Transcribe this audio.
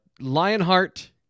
Lionheart